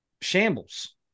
shambles